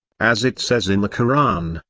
as it says in the koran,